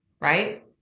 right